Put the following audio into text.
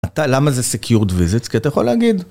אתה, למה זה Secured Visits? כי אתה יכול להגיד.